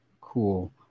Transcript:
cool